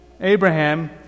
Abraham